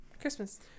christmas